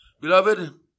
Beloved